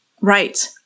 right